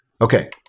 Okay